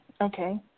Okay